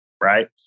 right